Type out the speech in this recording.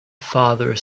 father